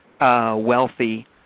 wealthy